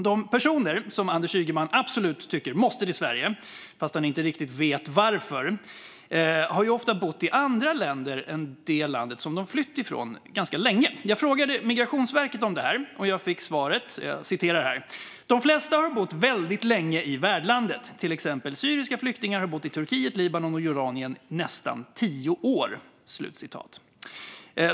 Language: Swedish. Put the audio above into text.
De personer som Anders Ygeman tycker absolut måste till Sverige, fastän han inte riktigt vet varför, har ofta bott i andra länder än det land som de flytt ifrån ganska länge. Jag frågade Migrationsverket om det. Jag fick svaret: De flesta har bott väldigt länge i värdlandet, till exempel syriska flyktingar har bott i Turkiet, Libanon och Jordanien i nästan tio år.